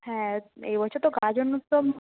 হ্যাঁ এই বছর তো গাজন উৎসব